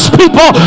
people